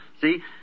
see